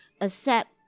accept